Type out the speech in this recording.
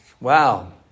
Wow